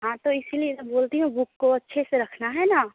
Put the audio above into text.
हाँ तो इसीलिए तो बोलती हूँ कि बुक को अच्छे से रखना है न